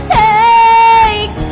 take